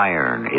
Iron